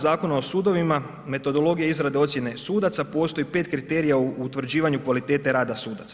Zakona o sudovima metodologija izrade ocjene sudaca, postoji 5 kriterija u utvrđivanju kvalitete rada sudaca.